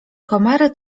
komary